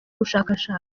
ubushakashatsi